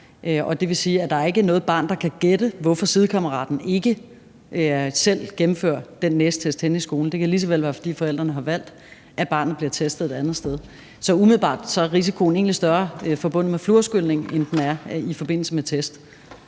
det vil sige, at der ikke er noget barn, der kan gætte, hvorfor sidekammeraten ikke selv gennemfører den næsetest henne i skolen. Det kan lige så vel være, fordi forældrene har valgt, at barnet bliver testet et andet sted. Så umiddelbart er risikoen egentlig større i forbindelse med fluorskylning, end den er i forbindelse med test.